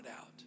out